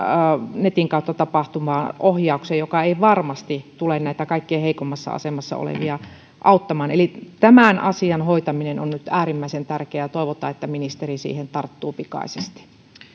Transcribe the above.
netin kautta tapahtuvaan ohjaukseen mikä ei varmasti tule näitä kaikkein heikoimmassa asemassa olevia auttamaan eli tämän asian hoitaminen on nyt äärimmäisen tärkeää ja toivotaan että ministeri siihen tarttuu pikaisesti ja